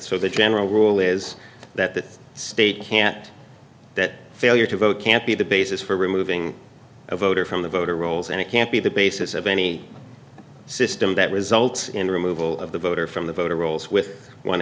so the general rule is that the state can't that failure to vote can't be the basis for removing a voter from the voter rolls and it can't be the basis of any system that results in the removal of the voter from the voter rolls with